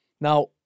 Now